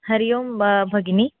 हरिः ओं ब भगिनी